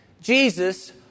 Jesus